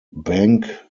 bank